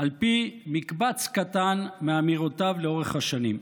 על פי מקבץ קטן מאמירותיו לאורך השנים.